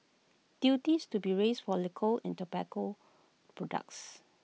duties to be raised for liquor and tobacco products